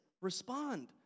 Respond